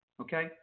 okay